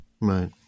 Right